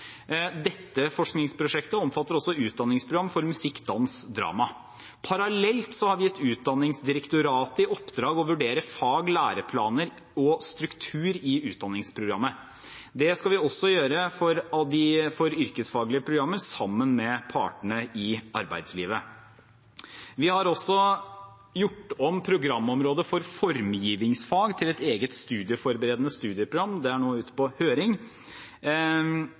Dette forskningsprosjektet omfatter også utdanningsprogram for musikk, dans og drama. Parallelt har vi gitt Utdanningsdirektoratet i oppdrag å vurdere fag, læreplaner og struktur i utdanningsprogrammet. Det skal vi gjøre også for yrkesfaglige program, sammen med partene i arbeidslivet. Vi har også gjort om programområdet for formgivningsfag til et eget, studieforberedende studieprogram. Det er nå ute på høring.